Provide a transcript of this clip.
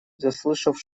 заслышав